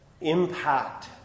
impact